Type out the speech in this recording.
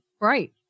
Right